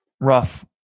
rough